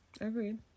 agreed